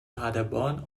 paderborn